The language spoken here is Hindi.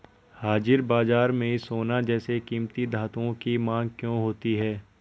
हाजिर बाजार में सोना जैसे कीमती धातुओं की मांग क्यों होती है